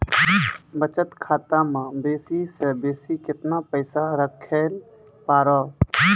बचत खाता म बेसी से बेसी केतना पैसा रखैल पारों?